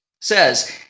says